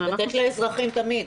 לתת לאזרחים תמיד.